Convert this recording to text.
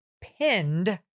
pinned